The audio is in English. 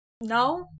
No